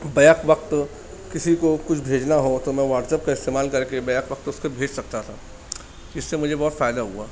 back وقت کسی کو کچھ بھیجنا ہو تو میں واٹس اپ کا استعمال کر کے بیک وقت اس کو بھیج سکتا تھا اس سے مجھے بہت فائدہ ہوا